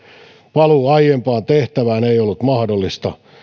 paluu aiempaan tehtävään ei ollut mahdollista